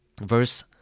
verse